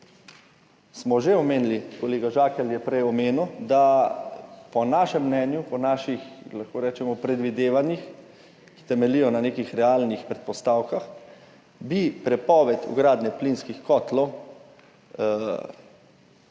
smo že, kolega Žakelj je prej omenil, da po našem mnenju, po naših, lahko rečemo, predvidevanjih, ki temeljijo na nekih realnih predpostavkah, bi prepoved vgradnje plinskih kotlov